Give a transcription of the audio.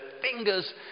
fingers